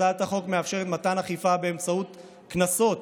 הצעת החוק מאפשרת מתן אכיפה באמצעות קנסות